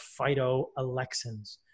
phytoalexins